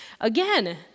Again